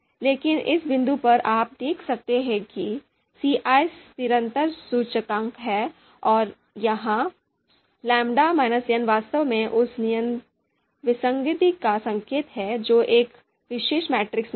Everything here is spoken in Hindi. लेकिन इस बिंदु पर आप देख सकते हैं कि CI स्थिरता सूचकांक और यहां वास्तव में उस विसंगति का संकेत है जो एक विशेष मैट्रिक्स में है